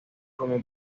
como